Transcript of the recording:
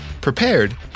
prepared